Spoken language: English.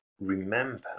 remember